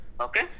okay